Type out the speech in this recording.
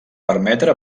permetre